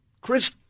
Chris